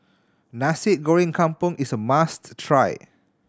Nasi Goreng Kampung is a must try